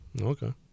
Okay